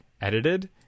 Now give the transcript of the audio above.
edited